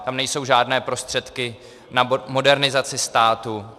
Tam nejsou žádné prostředky na modernizaci státu.